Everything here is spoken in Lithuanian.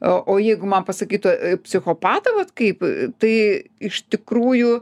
o jeigu man pasakytų psichopatą vat kaip tai iš tikrųjų